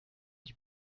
die